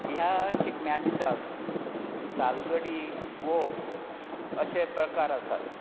ह्या शिगम्या दिसा तालगडी गोफ अशें प्रकार आसात